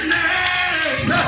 name